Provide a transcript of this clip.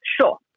sure